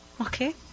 Okay